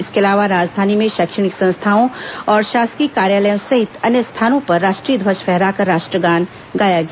इसके अलावा राजधानी में शैक्षणिक संस्थाओं और शासकीय कार्यालयों सहित अन्य स्थानों पर राष्ट्रीय ध्वज फहराकर राष्ट्रगान गाया गया